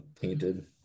Painted